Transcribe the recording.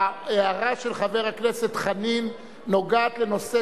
ההערה של חבר הכנסת חנין נוגעת בנושא